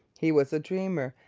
he was a dreamer,